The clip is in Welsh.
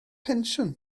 pensiwn